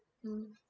mm